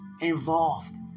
involved